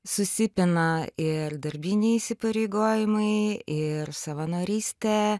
susipina ir darbiniai įsipareigojimai ir savanorystė